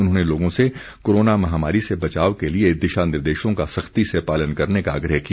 उन्होंने लोगों से कोरोना महामारी से बचाव के लिए दिशा निर्देशों का सख्ती से पालन करने का आग्रह किया